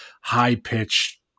high-pitched